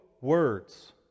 words